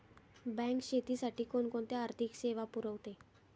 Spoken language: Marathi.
बँक शेतीसाठी कोणकोणत्या आर्थिक सेवा पुरवते?